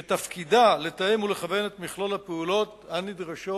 ותפקידה לתאם ולכוון את מכלול הפעולות הנדרשות